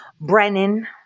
Brennan